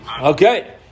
Okay